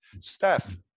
Steph